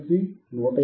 2 hertz